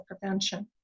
prevention